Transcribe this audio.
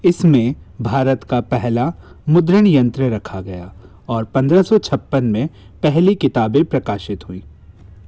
इसमें भारत का पहला मुद्रण यंत्र रखा गया और पंद्रह सौ छप्पन में पहली किताबें प्रकाशित हुई